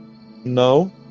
No